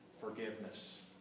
forgiveness